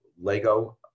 Lego